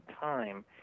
time